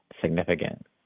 significant